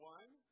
one